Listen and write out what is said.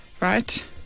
Right